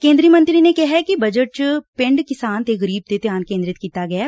ਕੇਂਦਰੀ ਮੰਤਰੀ ਨੇ ਕਿਹਾ ਕਿ ਬਜਟ ਚ ਪਿੰਡ ਕਿਸਾਨ ਤੇ ਗਰੀਬ ਤੇ ਧਿਆਨ ਕੇਂਦਰਤ ਕੀਤਾ ਗਿਐ